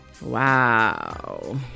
Wow